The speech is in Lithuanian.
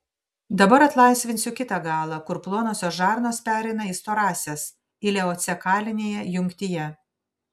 dabar atlaisvinsiu kitą galą kur plonosios žarnos pereina į storąsias ileocekalinėje jungtyje